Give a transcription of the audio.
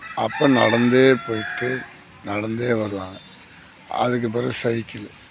அப்போ நடந்தே போய்விட்டு நடந்தே வருவாங்க அதுக்கு பிறகு சைக்கிளு